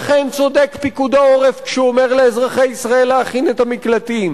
לכן צודק פיקוד העורף כשהוא אומר לאזרחי ישראל להכין את המקלטים